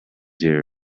here